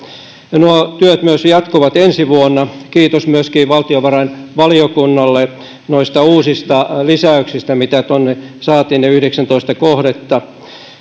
ja nuo työt myös jatkuvat ensi vuonna kiitos myöskin valtiovarainvaliokunnalle noista uusista lisäyksistä mitä tuonne saatiin ne yhdeksästoista kohdetta